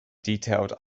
detailed